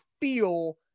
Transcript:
feel